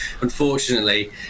Unfortunately